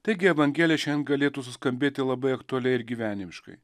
taigi evangelija šiandien galėtų suskambėti labai aktualiai ir gyvenimiškai